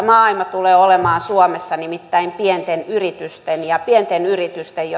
maailma tulee olemaan suomessa nimittäin pienten yritysten jotka työllistävät